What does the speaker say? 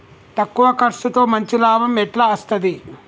తక్కువ కర్సుతో మంచి లాభం ఎట్ల అస్తది?